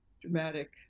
dramatic